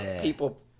people